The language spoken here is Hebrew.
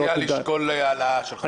אני מציע לשקול העלאה.